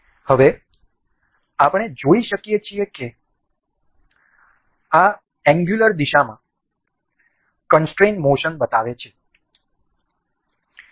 હવે આપણે જોઈ શકીએ છીએ કે આ કોણીય દિશામાં કોન્સ્ટ્રેન મોશન બતાવે છે